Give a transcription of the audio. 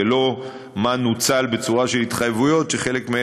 ולא מה נוצל בצורה של התחייבויות,